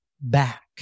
back